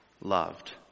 loved